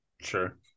Sure